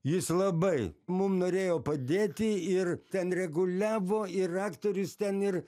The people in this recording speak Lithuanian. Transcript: jis labai mum norėjo padėti ir ten reguliavo ir aktorius ten ir